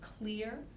clear